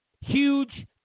huge